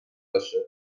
باشه